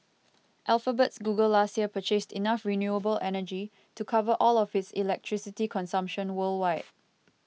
Alphabet's Google last year purchased enough renewable energy to cover all of its electricity consumption worldwide